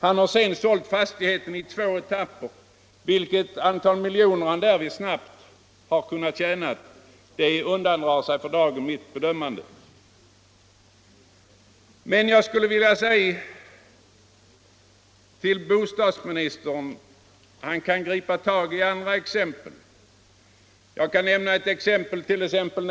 Han har sedan sålt fastigheten i två etapper. Hur många miljoner han därvid snabbt har kunnat tjäna undandrar sig för dagen mitt bedömande, men jag skulle vilja säga till bostadsministern att han kan finna andra sådana fall. Jag kan nämna ytterligare ett exempel.